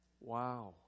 Wow